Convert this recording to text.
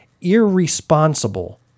irresponsible